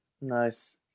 Nice